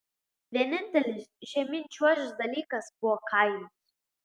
vienintelis žemyn čiuožęs dalykas buvo kainos